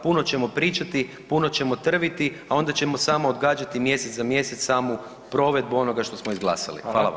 Puno ćemo pričati, puno ćemo trviti, a onda ćemo samo odgađati mjesec za mjesec samu provedbu onoga što smo izglasali.